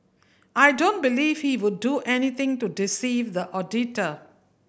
I don't believe he would do anything to deceive the auditor